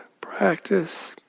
practice